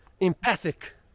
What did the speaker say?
empathic